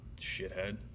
Shithead